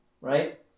right